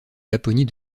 laponie